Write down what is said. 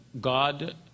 god